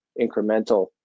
incremental